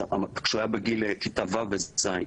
כשהוא היה בגיל כיתה ו' וז'.